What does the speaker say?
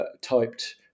typed